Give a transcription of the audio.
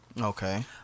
Okay